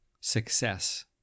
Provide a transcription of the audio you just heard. success